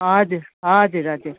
हजुर हजुर हजुर